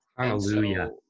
Hallelujah